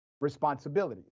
responsibility